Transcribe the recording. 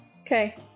Okay